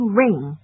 ring